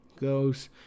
goes